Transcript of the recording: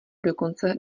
dokonce